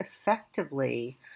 effectively